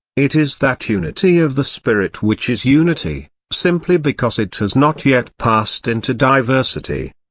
it is that unity of the spirit which is unity, simply because it has not yet passed into diversity.